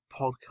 podcast